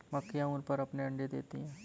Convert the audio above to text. मक्खियाँ ऊन पर अपने अंडे देती हैं